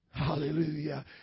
hallelujah